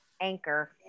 anchor